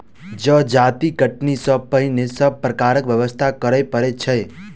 जजाति कटनी सॅ पहिने सभ प्रकारक व्यवस्था करय पड़ैत छै